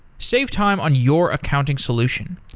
save time on your accounting solution.